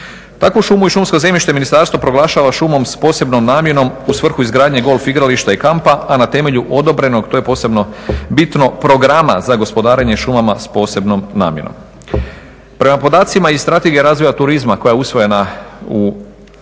Takvu šumu i šumsko zemljište ministarstvo proglašava šumom s posebnom namjenom u svrhu izgradnje golf igrališta i kampa, a na temelju odobrenog, to je posebno bitno, programa za gospodarenje šumama s posebnom namjenom. Prema podacima iz Strategije razvoja turizma koja je usvojena u